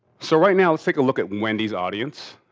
so right now, let's take a look at wendy's audience.